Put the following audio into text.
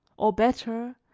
or, better,